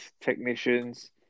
technicians